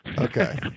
Okay